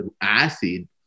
acid